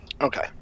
Okay